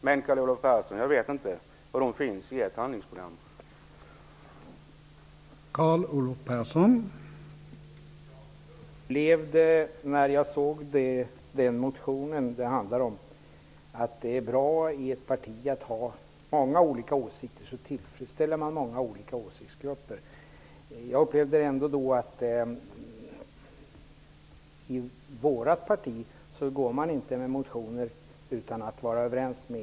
Men jag vet inte var de finns i ert handlingsprogram, Carl Olov Persson.